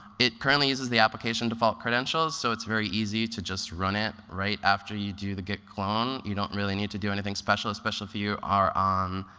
it currently uses the application default credentials, so it's very easy to just run it right after you do the git clone. you don't really need to do anything special, especially if you you are on